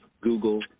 Google